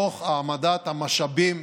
תוך העמדת המשאבים